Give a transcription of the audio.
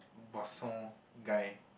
Bresson guy